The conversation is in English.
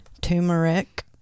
Turmeric